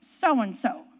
so-and-so